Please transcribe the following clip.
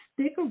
stick